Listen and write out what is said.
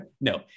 No